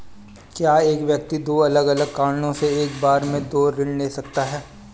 क्या एक व्यक्ति दो अलग अलग कारणों से एक बार में दो ऋण ले सकता है?